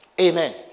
Amen